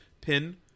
Pin